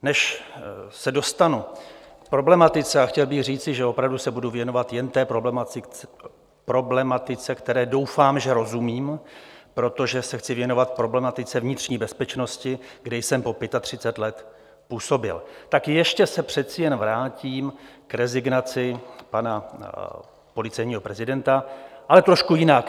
Než se dostanu k problematice a chtěl bych říci, že opravdu se budu věnovat jen té problematice, které doufám, že rozumím, protože se chci věnovat problematice vnitřní bezpečnosti, kde jsem po 35 let působil tak ještě se přece jen vrátím k rezignaci pana policejního prezidenta, ale trošku jinak.